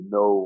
no